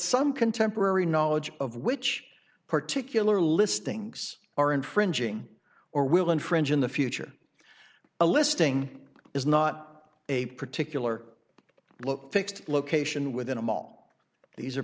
some contemporary knowledge of which particular listings are infringing or will infringe in the future a listing is not a particular fixed location within a mall these are